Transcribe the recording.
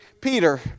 Peter